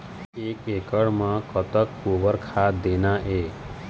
एक एकड़ म कतक गोबर खाद देना ये?